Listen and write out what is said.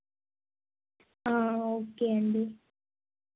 okay అండి